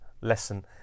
lesson